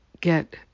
get